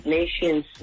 Nations